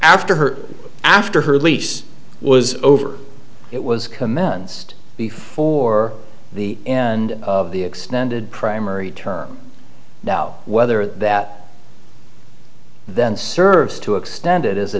her after her lease was over it was commenced before the and of the extended primary term now whether that then serves to extend it is a